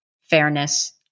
fairness